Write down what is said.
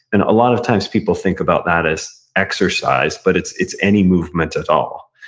and a lot of times people think about that as exercise, but it's it's any movement at all.